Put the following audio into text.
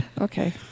Okay